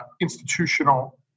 institutional